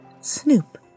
Snoop